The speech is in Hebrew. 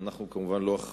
כבוד השר